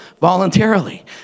voluntarily